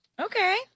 Okay